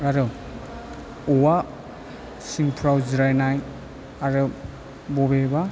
आरो औवा सिंफ्राव जिरायनाय आरो बबेबा